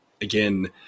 Again